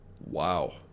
Wow